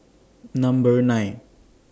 Number nine